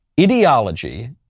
Ideology